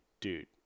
dude